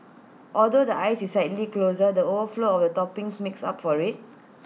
although the ice is slightly coarser the overflow of toppings makes up for IT